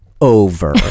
over